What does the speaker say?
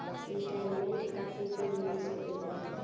retirement खातिर भी निवेश कईल जाला